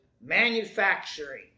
manufacturing